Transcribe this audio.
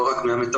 לא רק מהמטפלות,